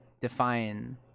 define